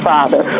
Father